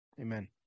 Amen